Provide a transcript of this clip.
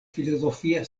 filozofia